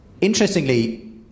Interestingly